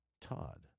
Todd